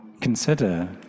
consider